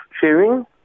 sharing